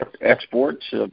exports